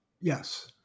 Yes